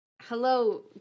Hello